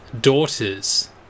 daughters